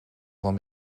van